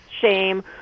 shame